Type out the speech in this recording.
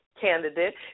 candidate